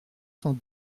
cent